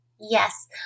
Yes